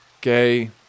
gay